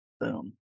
Boom